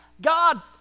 God